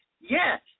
Yes